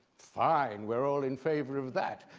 fine, we're all in favor of that,